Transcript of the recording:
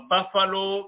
Buffalo